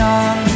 on